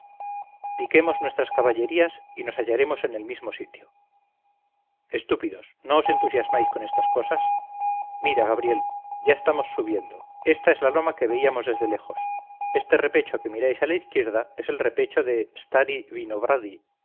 piquemos nuestras caballerías y nos hallaremos en el mismo sitio estúpidos no os entusiasmáis con estas cosas mira gabriel ya estamos subiendo esta es la loma que veíamos desde lejos este repecho que miráis a la izquierda es el repecho de